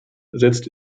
setzt